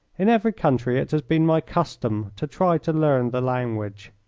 in every country it has been my custom to try to learn the language.